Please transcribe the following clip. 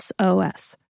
SOS